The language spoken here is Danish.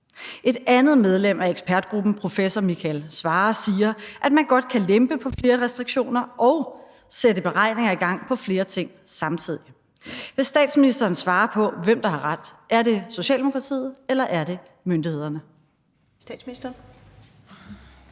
Et andet medlem af ekspertgruppen, professor Michael Svarer, siger, at man godt kan lempe på flere restriktioner og sætte beregninger i gang på flere ting samtidig. Vil statsministeren svare på, hvem der har ret? Er det Socialdemokratiet, eller er det myndighederne?